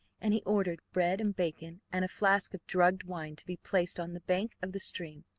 and he ordered bread and bacon and a flask of drugged wine to be placed on the bank of the stream,